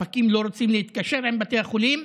ספקים לא רוצים להתקשר עם בתי החולים,